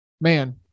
Man